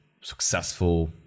successful